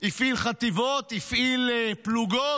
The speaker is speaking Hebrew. הפעיל חטיבות, הפעיל פלוגות.